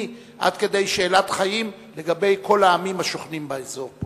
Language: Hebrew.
עד כדי שאלת חיים לגבי כל העמים השוכנים באזור,